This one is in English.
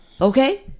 Okay